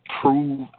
prove